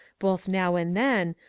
both now and then,